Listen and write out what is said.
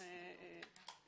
הציבור.